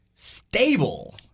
Stable